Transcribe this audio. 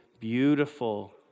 beautiful